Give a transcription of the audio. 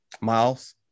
Miles